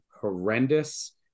horrendous